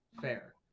fair